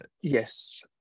Yes